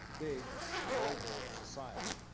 big, global society